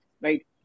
Right